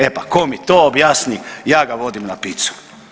E pa tko mi to objasni, ja ga vodim na pizzu.